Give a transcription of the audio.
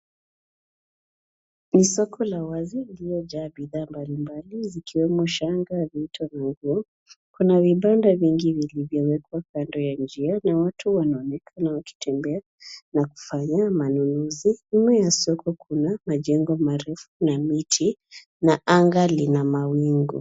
Ni soko ya wazi iliyojaa bidhaa mbalimbali zikiwemo shanga, vito na nguo. Kuna vibanda vingine vilivyowekwa kando ya njia na watu wanaonekana wakitembea na kufanya manunuzi. Nyuma ya soko kuna majengo marefu na miti na anga lina mawingu.